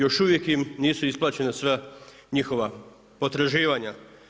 Još uvijek im nisu isplaćena sva njihova potraživanja.